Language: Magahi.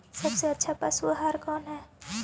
सबसे अच्छा पशु आहार कौन है?